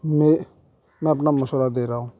میں میں اپنا مشورہ دے رہا ہوں